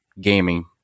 gaming